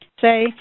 Say